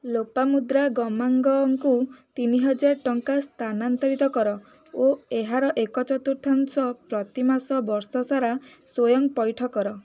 ଲୋପାମୁଦ୍ରା ଗମାଙ୍ଗଙ୍କୁ ତିନିହଜାର ଟଙ୍କା ସ୍ଥାନାନ୍ତରିତ କର ଓ ଏହାର ଏକ ଚତୁର୍ଥାଂଶ ପ୍ରତିମାସ ବର୍ଷସାରା ସ୍ଵୟଂ ପଇଠ କର